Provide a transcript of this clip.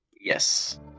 Yes